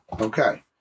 Okay